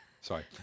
Sorry